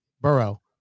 Burrow